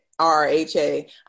RHA